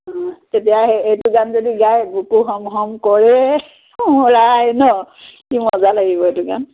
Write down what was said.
তেতিয়া হেৰি এইটো গান যদি গায় বুকু হম হম কৰে মোৰ আই ন কি মজা লাগিব এইটো গান